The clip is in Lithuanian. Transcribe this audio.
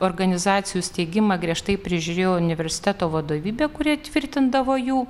organizacijų steigimą griežtai prižiūrėjo universiteto vadovybė kuri tvirtindavo jų